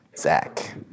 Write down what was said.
Zach